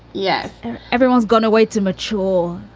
yes. and everyone's going to wait to mature.